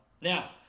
Now